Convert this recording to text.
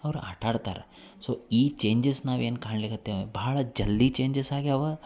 ಅವ್ರು ಆಟಾಡ್ತಾರ ಸೋ ಈ ಚೇಂಜಸ್ ನಾವೇನು ಕಾಣ್ಲಿಕತ್ತೇವೆ ಭಾಳ ಜಲ್ದಿ ಚೇಂಜಸ್ ಆಗಿವೆ